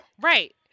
Right